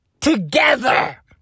together